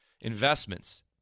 Investments